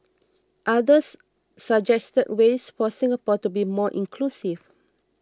others suggested ways for Singapore to be more inclusive